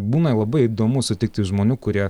būna labai įdomu sutikti žmonių kurie